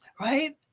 right